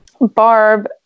Barb